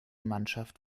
mannschaft